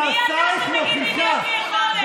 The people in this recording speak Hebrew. מי אתה שתגיד אם יש לי יכולת?